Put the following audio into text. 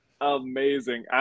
amazing